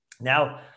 Now